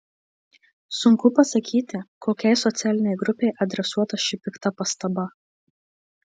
sunku pasakyti kokiai socialinei grupei adresuota ši pikta pastaba